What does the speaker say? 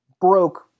broke